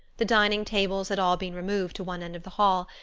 the dining tables had all been removed to one end of the hall,